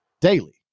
daily